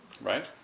Right